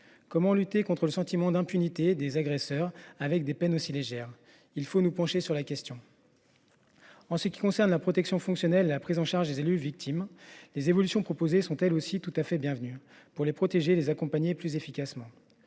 Comment lutter contre le sentiment d’impunité des agresseurs lorsque les peines sont aussi légères ? Nous devons nous pencher sur la question. En ce qui concerne la protection fonctionnelle et la prise en charge des victimes, les évolutions proposées sont elles aussi tout à fait bienvenues pour protéger les élus et les accompagner plus efficacement.